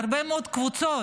להרבה מאוד קבוצות,